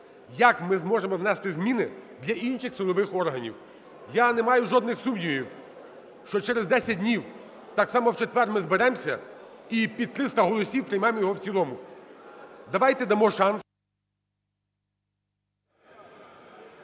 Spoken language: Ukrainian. як ми зможемо внести зміни для інших силових органів. Я не маю жодних сумнівів, що через 10 днів, так само в четвер, ми зберемося і під 300 голосів приймемо його в цілому. Давайте дамо шанс…